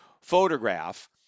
photograph